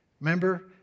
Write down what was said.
Remember